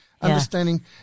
understanding